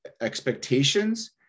expectations